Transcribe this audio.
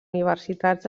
universitats